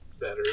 better